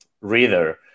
reader